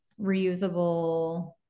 reusable